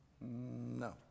No